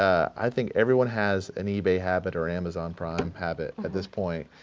i think everyone has an ebay habit or amazon prime habit at this point.